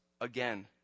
again